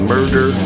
Murder